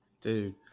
Dude